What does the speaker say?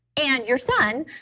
and your son,